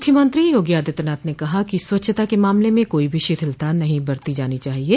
मुख्यमंत्री योगी आदित्यनाथ ने कहा है कि स्वच्छता के मामले में कोई भी शिथिलता नहीं बरती जानी चाहिये